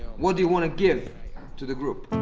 what do you want to give to the group?